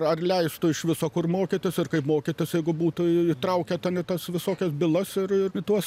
ar leistų iš viso kur mokytis ir kaip mokytis jeigu būtų įtraukę ten į tas visokias bylas ir ir į tuos